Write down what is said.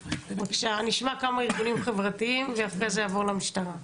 נשמע כמה ארגונים חברתיים ואחרי זה נעבור למשטרה.